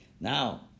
Now